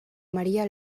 maria